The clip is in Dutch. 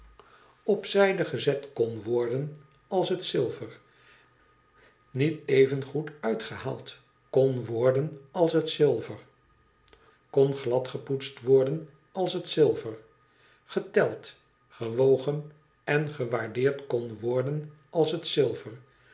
op zijde gezet kon worden als het zilver nietevengoed uitgehaald kon worden als het zilver kon gladgepoetst worden als het zilver geteld gewogen en gewaardeerd kon worden als het zilver